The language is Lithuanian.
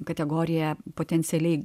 kategoriją potencialiai